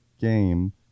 game